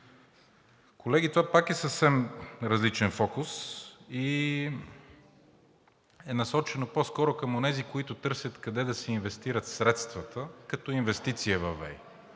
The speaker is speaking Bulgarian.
Колеги, това пак е съвсем различен фокус. Насочено е по скоро към онези, които търсят къде да си инвестират средствата като инвестиция във ВЕИ,